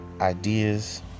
Ideas